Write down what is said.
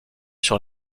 sur